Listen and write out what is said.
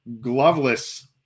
gloveless